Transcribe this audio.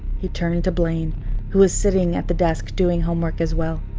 he turned to blaine who was sitting at the desk doing homework as well.